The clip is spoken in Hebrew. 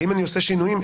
ואם אני עושה שינויים,